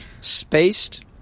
spaced